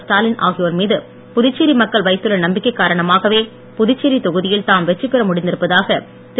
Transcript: ஸ்டாலின் ஆகியோர் மீது புதுச்சேரி மக்கள் வைத்துள்ள நம்பிக்கை காரணமாகவே புதுச்சேரி தொகுதியில் தாம் வெற்றி பெற முடிந்திருப்பதாக திரு